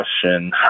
question